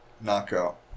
Knockout